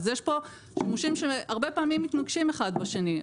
אז יש פה שימושים שהרבה פעמים מתנגשים אחד עם השני.